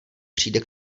přijde